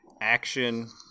action